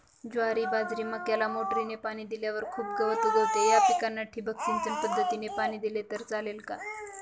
ज्वारी, बाजरी, मक्याला मोटरीने पाणी दिल्यावर खूप गवत उगवते, या पिकांना ठिबक सिंचन पद्धतीने पाणी दिले तर चालेल का?